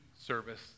service